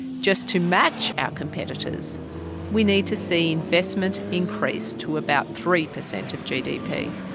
just to match our competitors we need to see investment increase to about three percent of gdp.